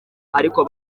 ariko